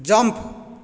jump